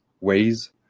ways